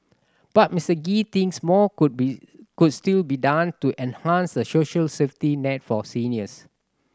but Mister Gee thinks more could be could still be done to enhance the social safety net for seniors